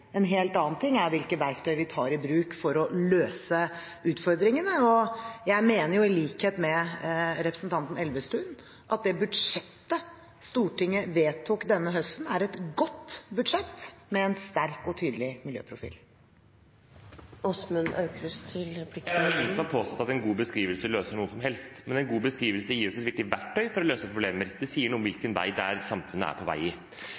En helt annen ting er hvilke verktøy vi tar i bruk for å løse utfordringene. Jeg mener i likhet med representanten Elvestuen at det budsjettet Stortinget vedtok denne høsten, er et godt budsjett med en sterk og tydelig miljøprofil. Det er ingen som har påstått at en god beskrivelse løser noe som helst, men en god beskrivelse gir oss et viktig verktøy for å løse problemer – det sier noe om hvilken retning samfunnet er på vei i.